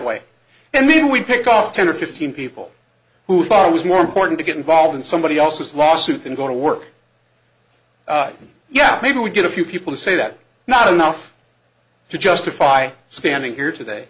way and then we pick off ten or fifteen people who thought it was more important to get involved in somebody else's lawsuit than going to work yeah maybe we get a few people who say that not enough to justify standing here today